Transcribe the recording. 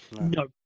No